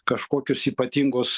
kažkokios ypatingos